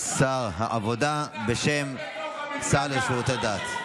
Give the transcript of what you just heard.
שר העבודה, בשם השר לשירותי דת.